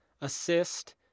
assist